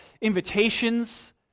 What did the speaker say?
invitations